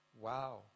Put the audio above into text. Wow